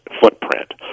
footprint